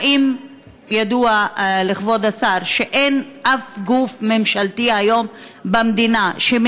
האם ידוע לכבוד השר שאין היום במדינה שום